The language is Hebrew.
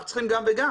אנחנו צריכים גם וגם.